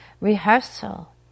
rehearsal